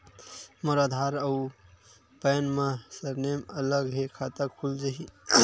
मोर आधार आऊ पैन मा सरनेम अलग हे खाता खुल जहीं?